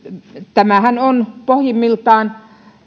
tämähän pohjimmiltaan